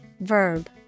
verb